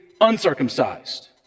uncircumcised